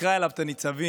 יקרא אליו את הנציבים,